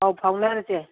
ꯄꯥꯎ ꯐꯥꯎꯅꯔꯁꯦ